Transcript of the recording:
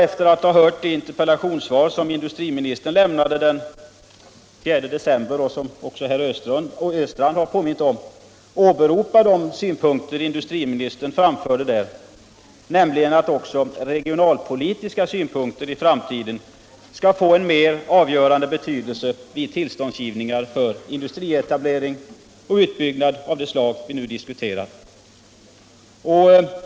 Efter att ha hört det interpellationssvar som industriministern lämnade den 4 december, och som också herr Östrand har påmint om, vill jag i detta sammanhang åberopa de synpunkter industriministern framförde där, nämligen att regionalpolitiska synpunkter i framtiden skall få en mer avgörande betydelse vid tillståndsgivningar för industrietablering och utbyggnad av det slag vi nu diskuterar.